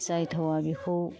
जाय थावा बेखौ